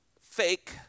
fake